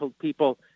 people